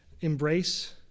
embrace